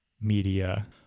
media